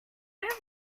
have